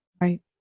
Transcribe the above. Right